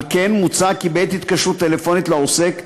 על כן מוצע כי בעת התקשרות טלפונית לעוסק,